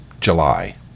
July